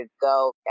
go